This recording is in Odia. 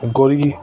ଗୋଇବି